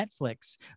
netflix